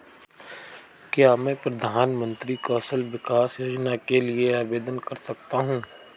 क्या मैं प्रधानमंत्री कौशल विकास योजना के लिए आवेदन कर सकता हूँ?